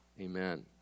Amen